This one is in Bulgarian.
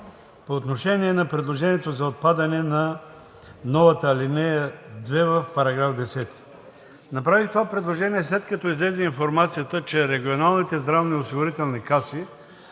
По отношение на предложението за отпадане на новата ал. 2 в § 10. Направих това предложение, след като излезе информацията, че регионалните здравноосигурителни каси